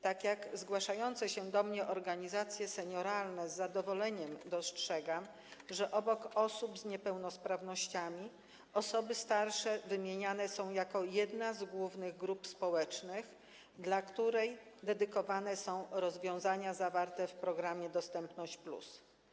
Tak jak zgłaszające się do mnie organizacje senioralne z zadowoleniem dostrzegam, że obok osób z niepełnosprawnościami osoby starsze wymieniane są jako jedna z głównych grup społecznych, dla której dedykowane są rozwiązania zawarte w programie „Dostępność+”